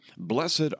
Blessed